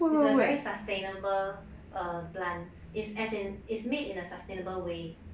it's a very sustainable err plant it's as in it's made in a sustainable way